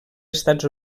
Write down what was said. estats